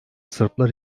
sırplar